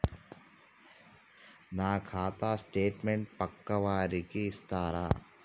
నా ఖాతా స్టేట్మెంట్ పక్కా వారికి ఇస్తరా?